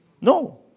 No